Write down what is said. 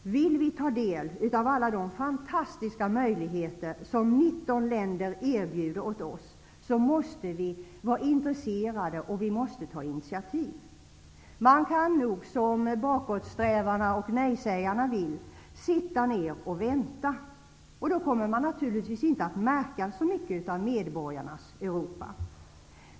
Vill vi ta del av alla de fantastiska möjligheter som 19 länder erbjuder oss måste vi vara intresserade och ta initiativ. Man kan, som bakåtsträvarna och nejsägarna vill, sitta ner och vänta. Men då kommer man naturligtvis inte att märka så mycket av medborgarnas Europa.